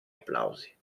applausi